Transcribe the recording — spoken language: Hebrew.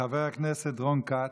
חבר הכנסת רון כץ,